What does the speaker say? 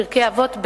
פרקי אבות,